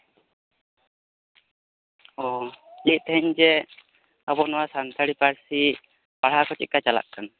ᱚ ᱞᱟᱹᱭᱮᱫ ᱛᱟᱦᱮᱱᱤᱧ ᱡᱮ ᱟᱵᱚ ᱱᱚᱣᱟ ᱥᱟᱱᱛᱟᱲᱤ ᱯᱟᱹᱨᱥᱤ ᱯᱟᱲᱦᱟᱣ ᱠᱚ ᱪᱮᱫ ᱞᱮᱠᱟ ᱪᱟᱞᱟᱜ ᱠᱟᱱᱟ